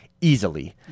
easily